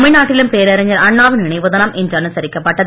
தமிழ்நாட்டிலும் பேரறிஞர் அண்ணாவின் நினைவு தினம் இன்று அனுசரிக்கப்பட்டது